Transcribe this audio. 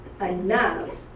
enough